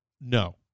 No